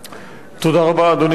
אדוני היושב-ראש,